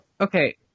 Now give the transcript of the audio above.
Okay